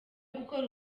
gukora